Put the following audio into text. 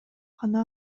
гана